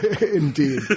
Indeed